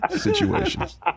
situations